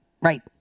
Right